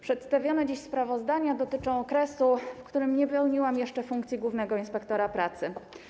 Przedstawione dziś sprawozdania dotyczą okresu, w którym nie pełniłam jeszcze funkcji głównego inspektora pracy.